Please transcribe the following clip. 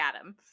Adam